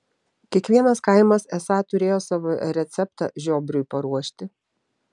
kiekvienas kaimas esą turėjo savo receptą žiobriui paruošti